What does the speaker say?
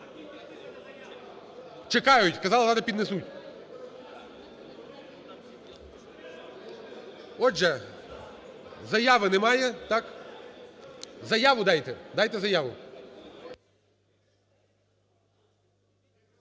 Чекають. Казали, піднесуть. Отже, заяви немає, так? Заяву дайте. Дайте заяву.